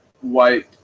white